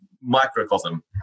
microcosm